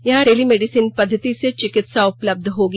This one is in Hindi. यहां टेलिमेडिसिन पद्धति से चिकित्सा उपलब्ध होगी